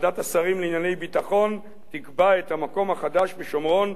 ביטחון תקבע את המקום החדש בשומרון להתנחלות